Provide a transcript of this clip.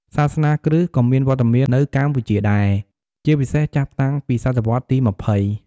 សាសនាគ្រីស្ទក៏មានវត្តមាននៅកម្ពុជាដែរ ជាពិសេសចាប់តាំងពីសតវត្សរ៍ទី ២០។